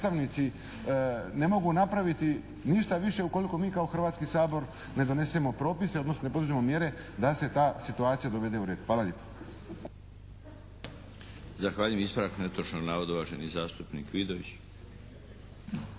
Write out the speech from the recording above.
predstavnici ne mogu napraviti ništa više ukoliko mi kao Hrvatski sabor ne donesemo propise, odnosno ne poduzmemo mjere da se ta situacija dovede u red. Hvala lijepo. **Milinović, Darko (HDZ)** Zahvaljujem. Ispravak netočnog navoda, uvaženi zastupnik Vidović.